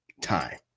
time